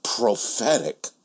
prophetic